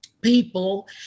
people